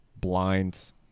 blinds